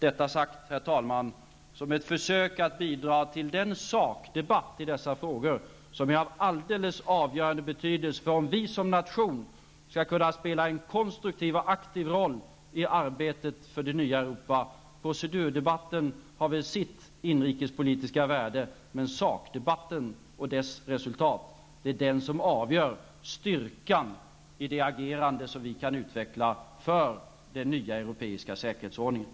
Detta säger jag, herr talman, som ett försök att bidra till den sakdebatt i dessa frågor som är av alldeles avgörande betydelse för att vi som nation skall kunna spela en konstruktiv och aktiv roll i arbetet för det nya Europa. Procedurdebatten har väl sitt inrikespolitiska värde, men det är sakdebatten och dess resultat som avgör styrkan i det agerande som vi kan utveckla för den nya europeiska säkerhetsordningen.